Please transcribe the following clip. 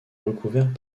recouvert